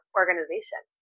organization